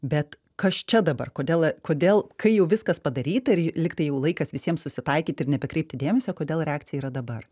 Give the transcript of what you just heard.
bet kas čia dabar kodėl kodėl kai jau viskas padaryta ir lyg tai jau laikas visiems susitaikyti ir nebekreipti dėmesio kodėl reakcija yra dabar